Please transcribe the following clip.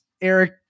Eric